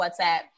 whatsapp